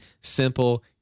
simple